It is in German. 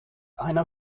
einer